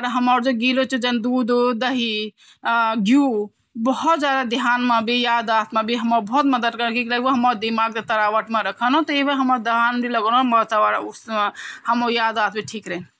शरीर थय गरम रखन जु उनका पंजा हुन्दा मतलब बहुत गुदगुदा हुन्दा जेबेल उन बरफ मा चल सकन अर उनथय ठण्ड नि लगन |